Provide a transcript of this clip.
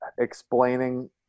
explaining